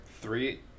three